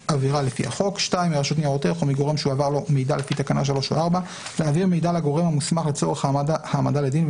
ומניעתן או גילוי עבריינים בעבירות נוספות והעמדתם לדין,